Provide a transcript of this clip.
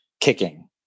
kicking